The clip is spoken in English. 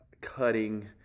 cutting